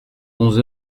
onze